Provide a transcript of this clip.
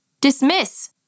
Dismiss